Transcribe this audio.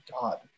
God